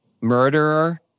murderer